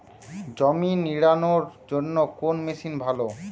জমি নিড়ানোর জন্য কোন মেশিন ভালো?